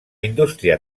indústria